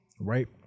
right